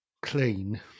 Clean